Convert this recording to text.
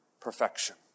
perfection